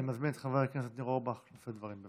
אני מזמין את חבר הכנסת ניר אורבך לשאת דברים,